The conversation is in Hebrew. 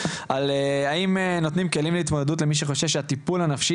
האם נותנים כלים להתמודדות למי שחושש שהטיפול הנפשי